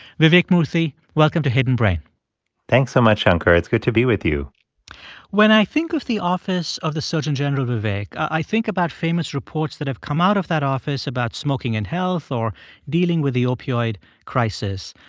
vivek murthy, welcome to hidden brain thanks so much, shankar. it's good to be with you when i think of the office of the surgeon general, vivek, i think about famous reports that have come out of that office about smoking and health or dealing with the opioid crisis.